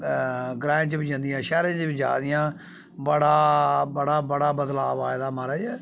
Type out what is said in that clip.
ग्रांए च बी जंदियां शैह्रें च बी जा दियां बड़ा बड़ा बड़ा बदलाव आए दा महाराज